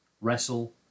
wrestle